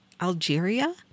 Algeria